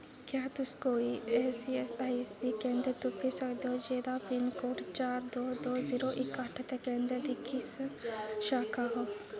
क्या तुस कोई ईऐस्सआईसी केंदर तुप्पी सकदे ओ जेह्दा पिनकोड चार दो दो जीरो इक अट्ठ ते केंदर दी किस शाखा हो